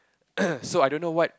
so I don't know what